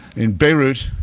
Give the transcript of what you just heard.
in beirut,